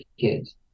kids